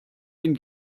den